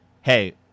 hey